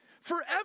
Forever